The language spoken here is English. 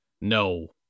No